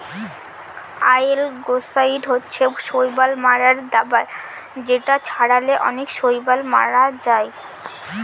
অয়েলগেসাইড হচ্ছে শৈবাল মারার দাবা যেটা ছড়ালে অনেক শৈবাল মরে যায়